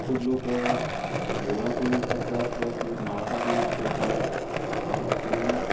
खूब लोक देवळांतय युज करतात प्लस लोक माळपाकय युज करतात अशें तरेन